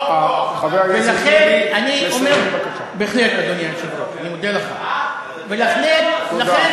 לכן אני אומר, חבר הכנסת טיבי, לסיים בבקשה.